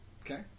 Okay